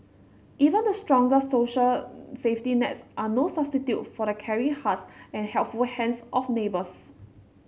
even the strongest social safety nets are no substitute for the caring hearts and helpful hands of neighbours